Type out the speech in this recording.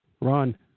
Ron